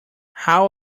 how